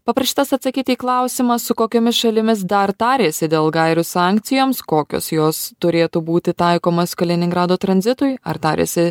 paprašytas atsakyti į klausimą su kokiomis šalimis dar tarėsi dėl gairių sankcijoms kokios jos turėtų būti taikomas kaliningrado tranzitui ar tarėsi